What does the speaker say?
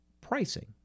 pricing